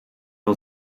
wel